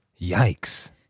Yikes